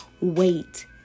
wait